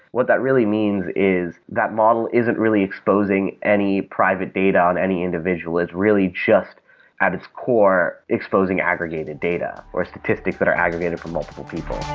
what that really means is that model isn't really exposing any private data on any individual. it's really just at its core, exposing aggregated data, or statistics that are aggregated from multiple people.